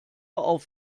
auf